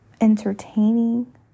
entertaining